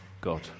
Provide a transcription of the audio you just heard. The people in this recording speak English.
God